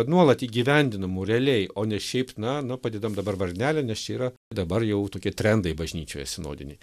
nuolat įgyvendinamų realiai o ne šiaip na na padedam dabar varnelę nes čia yra dabar jau tokie trendai bažnyčioje sinodiniai